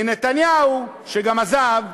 מנתניהו, שגם עזב,